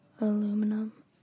aluminum